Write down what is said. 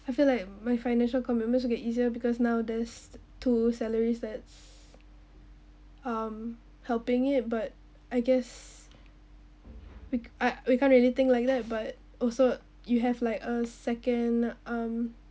I feel like my financial commitments will get easier because now there's two salaries that's um helping it but I guess we uh we can't really think like that but also you have like a second um